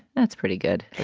that's pretty good.